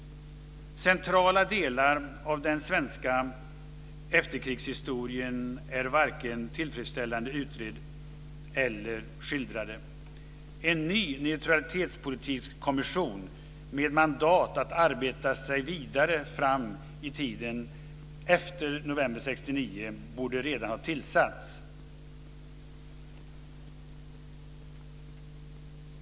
Centrala delar av den svenska efterkrigshistorien är varken tillfredsställande utredda eller skildrade. En ny neutralitetspolitikkommission med mandat att arbeta sig vidare fram i tiden efter november 1969 borde redan ha tillsatts.